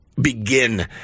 begin